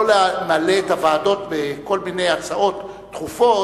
שלא למלא את הוועדות בכל מיני הצעות דחופות